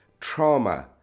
trauma